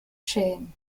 chain